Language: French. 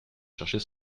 chercher